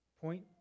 point